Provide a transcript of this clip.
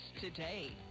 today